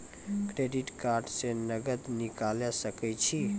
Credit card से नगद निकाल सके छी?